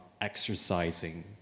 exercising